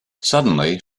suddenly